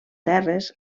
terres